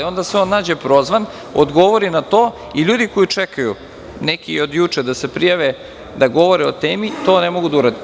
Onda se on nađe prozvan, odgovori na to i ljudi koji čekaju, neki od juče, da se prijave da govore o temi, to ne mogu da urade.